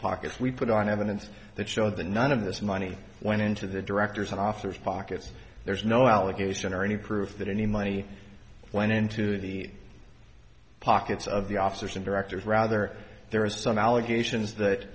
pockets we put on evidence that showed that none of this money went into the directors and officers pockets there's no allegation or any proof that any money went into the pockets of the officers and directors rather there is some allegations that